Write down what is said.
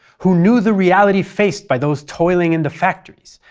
who knew the reality faced by those toiling in the factories,